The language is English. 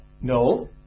No